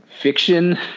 fiction